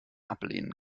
ablehnen